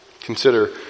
Consider